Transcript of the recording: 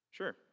Sure